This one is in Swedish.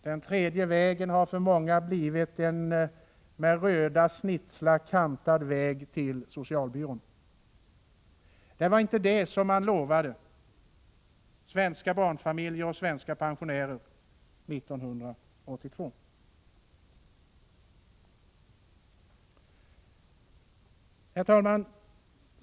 Den tredje vägen har för många blivit en med röda snitslar kantad väg till socialbyrån. Det var inte det som socialdemokraterna lovade svenska barnfamiljer och svenska pensionärer 1982.